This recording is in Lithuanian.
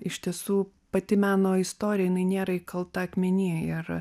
iš tiesų pati meno istorija jinai nėra įkalta akmenyje ir